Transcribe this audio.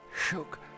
shook